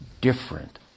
different